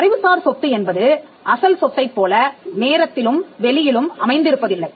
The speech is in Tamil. அறிவுசார் சொத்து என்பது அசல் சொத்தைப் போல நேரத்திலும் வெளியிலும் அமைந்து இருப்பதில்லை